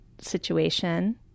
situation